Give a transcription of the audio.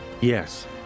Yes